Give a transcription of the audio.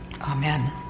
amen